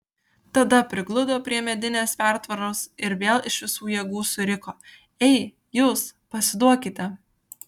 tada prigludo prie medinės pertvaros ir vėl iš visų jėgų suriko ei jūs pasiduokite